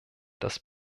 das